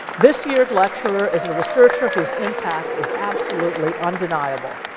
this year's lecture is a researcher whose impact is absolutely undeniable.